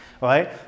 right